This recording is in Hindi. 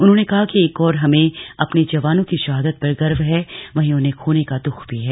उन्होंने कहा कि एक ओर हमें अपने जवानों की शहादत पर गर्व है वहीं उन्हें खोने का द्ख भी है